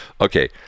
Okay